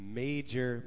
major